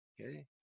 okay